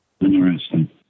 Interesting